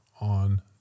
on